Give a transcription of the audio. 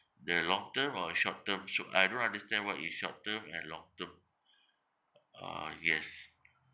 the long term or short term shor~ I don't understand what is short term and long term uh yes